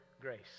grace